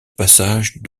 passages